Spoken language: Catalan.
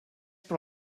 per